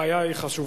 הבעיה היא חשובה.